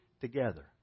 together